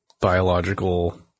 biological